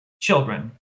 children